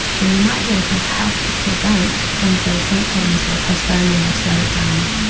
that we might be able to help to prevent some of those symptoms or postpone them or slow it down.